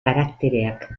karaktereak